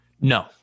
No